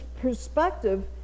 perspective